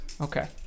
Okay